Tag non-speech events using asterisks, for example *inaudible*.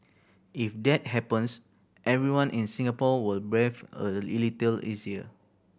if that happens everyone in Singapore will breathe a *unintelligible* little easier